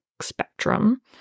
spectrum